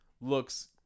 looks